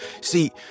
See